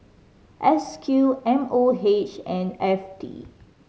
S Q M O H and F T